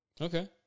Okay